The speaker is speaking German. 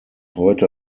heute